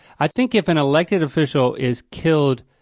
i think if an elected official is killed